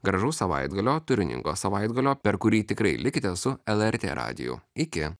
gražaus savaitgalio turiningo savaitgalio per kurį tikrai likite su lrt radiju iki